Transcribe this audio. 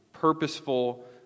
purposeful